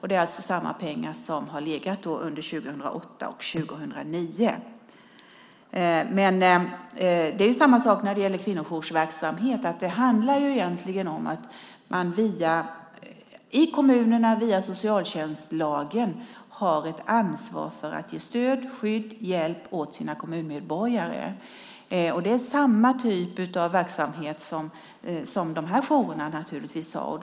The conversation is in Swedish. Det är alltså lika mycket pengar som under 2008 och 2009. Samma sak gäller kvinnojoursverksamheten. Det handlar egentligen om att kommunerna via socialtjänstlagen har ett ansvar för att ge stöd, skydd och hjälp åt sina kommunmedborgare. Det är samma typ av verksamhet som de här frågorna handlar om.